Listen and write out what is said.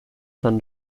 san